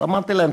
אמרתי להם,